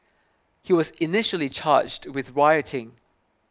he was initially charged with rioting